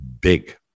big